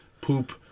poop